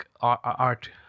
art